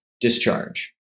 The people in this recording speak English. discharge